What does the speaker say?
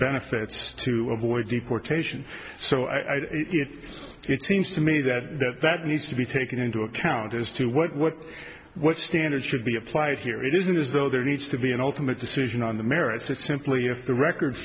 benefits to avoid deportation so i it it seems to me that that needs to be taken into account as to what what what standards should be applied here it isn't as though there needs to be an ultimate decision on the merits it simply if the record